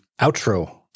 outro